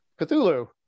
Cthulhu